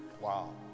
Wow